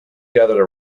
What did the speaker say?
gathered